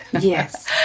yes